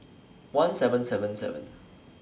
one seven seven seven